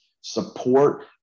support